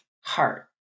heart